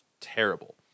terrible